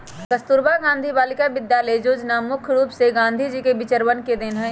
कस्तूरबा गांधी बालिका विद्यालय योजना मुख्य रूप से गांधी जी के विचरवन के देन हई